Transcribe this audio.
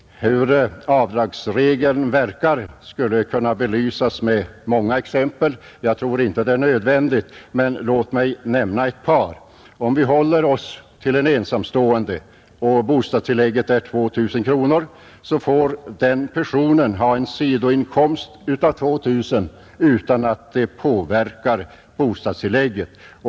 Hur avdragsregeln verkar skulle kunna belysas med många exempel. Jag tror inte det är nödvändigt, men låt mig nämna ett par. Om vi håller oss till en ensamstående och bostadstillägget är 2 000 kronor, får den personen ha en sidoinkomst av 2 000 kronor utan att det påverkar bostadstillägget.